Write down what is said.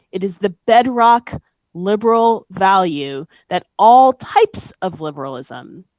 it is the bedrock liberal value that all types of liberalism